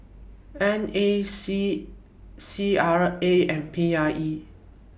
N A C C R A and P I E